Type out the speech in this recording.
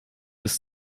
ist